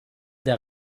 der